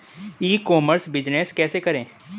ई commerce business कैसे करें?